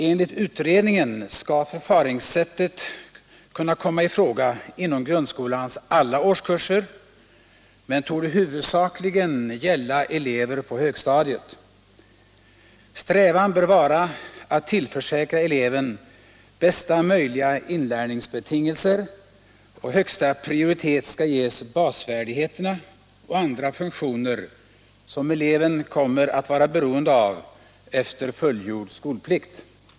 Enligt utredningen skall förfaringssättet kunna komma i fråga inom grundskolans alla årskurser men torde huvudsakligen gälla elever på högstadiet. Strävan bör vara att tillförsäkra eleven bästa möjliga inlärningsbetingelser, och högsta prioritet skall ges basfärdigheterna och andra funktioner som eleven kommer att vara beroende av efter fullgjord skolplikt.